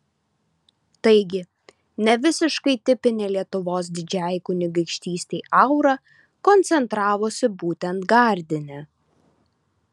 taigi ne visiškai tipinė lietuvos didžiajai kunigaikštystei aura koncentravosi būtent gardine